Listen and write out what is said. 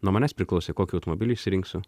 nuo manęs priklausė kokį automobilį išsirinksiu